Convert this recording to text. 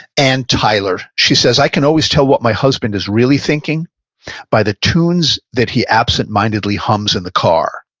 and tyler. she says, i can always tell what my husband is really thinking by the tunes that he absentmindedly hums in the car.